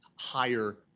higher